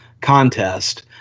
contest